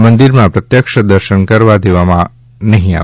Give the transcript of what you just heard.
મંદિરમાં પ્રત્યક્ષ દર્શન કરવા દેવામાં નહીં આવે